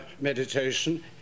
meditation